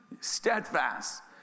Steadfast